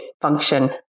function